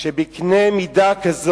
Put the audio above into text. שבקנה-מידה כזה